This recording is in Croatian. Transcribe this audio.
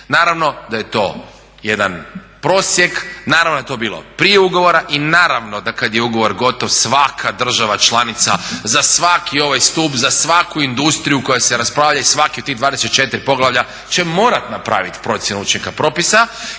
Naravno da je to jedan prosjek, naravno da je to bilo prije ugovora i naravno da kada je ugovor gotov svaka država članica za svaki ovaj stup za svaku industriju koja se raspravlja i svaka ta 24 poglavlja će morati napraviti procjenu učinka propisa.